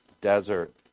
desert